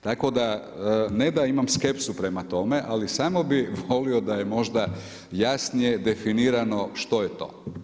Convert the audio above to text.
Tako da ne da imam skepsu prema tome, ali samo bi volio da je možda jasnije definirano što je to.